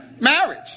marriage